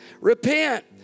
Repent